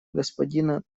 господина